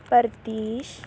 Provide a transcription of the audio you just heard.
Pradesh